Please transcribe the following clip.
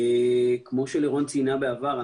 כמו שלירון ציינה בעבר,